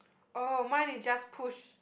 orh mine is just push